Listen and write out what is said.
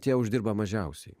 tie uždirba mažiausiai